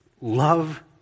love